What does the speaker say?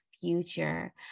future